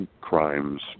crimes